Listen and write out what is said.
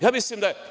Ja mislim da je…